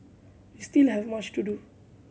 we still have much to do